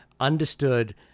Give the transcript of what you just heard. understood